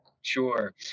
Sure